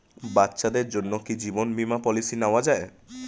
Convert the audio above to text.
বাচ্চাদের জন্য কি জীবন বীমা পলিসি নেওয়া যায়?